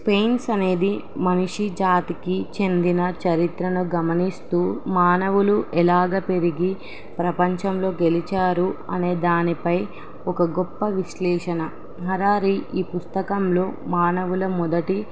sapiens అనేది మనిషి జాతికి చెందిన చరిత్రను గమనిస్తూ మానవులు ఎలాగ పెరిగి ప్రపంచంలో గెలిచారు అనే దానిపై ఒక గొప్ప విశ్లేషణ హరారి ఈ పుస్తకంలో మానవుల మొదటి